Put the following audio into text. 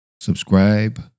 subscribe